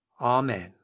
Amen